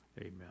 Amen